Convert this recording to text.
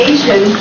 Asian